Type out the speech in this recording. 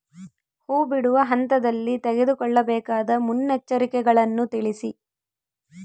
ಹೂ ಬಿಡುವ ಹಂತದಲ್ಲಿ ತೆಗೆದುಕೊಳ್ಳಬೇಕಾದ ಮುನ್ನೆಚ್ಚರಿಕೆಗಳನ್ನು ತಿಳಿಸಿ?